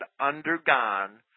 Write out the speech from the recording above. undergone